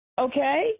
Okay